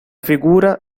figura